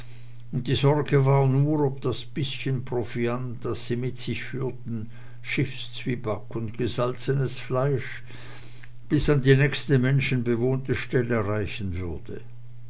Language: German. und die sorge war nur ob das bißchen proviant das sie mit sich führten schiffszwieback und gesalzenes fleisch bis an die nächste menschenbewohnte stelle reichen würde